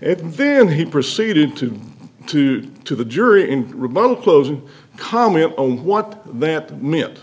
and then he proceeded to to to the jury in rebuttal closing comment on what that meant